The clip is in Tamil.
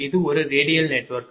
இது ஒரு ரேடியல் நெட்வொர்க்